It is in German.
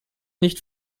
nicht